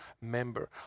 member